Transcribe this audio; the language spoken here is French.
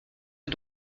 est